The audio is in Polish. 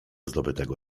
zdobytego